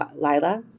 Lila